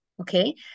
okay